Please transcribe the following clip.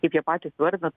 kaip jie patys įvardina